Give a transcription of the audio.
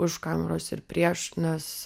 už kameros ir prieš nes